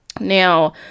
Now